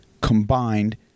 combined